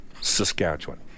Saskatchewan